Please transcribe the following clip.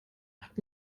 hat